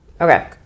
Okay